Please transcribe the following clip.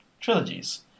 trilogies